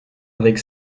avec